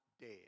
dead